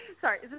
Sorry